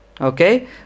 Okay